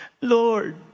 Lord